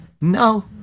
No